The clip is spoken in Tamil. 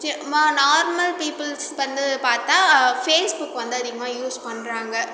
நார்மல் பீப்புல்ஸ் வந்து பார்த்தா ஃபேஸ்புக் வந்து அதிகமாக யூஸ் பண்ணுறாங்க